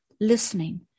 listening